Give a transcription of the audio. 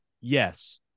Yes